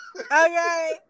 Okay